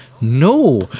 no